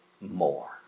more